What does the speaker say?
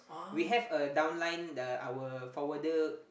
we have a down line the our forwarder